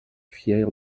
fier